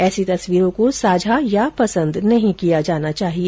ऐसी तस्वीरों को साझा या पसंद नहीं किया जाना चाहिए